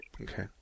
Okay